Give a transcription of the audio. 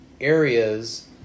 areas